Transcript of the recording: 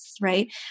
right